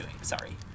sorry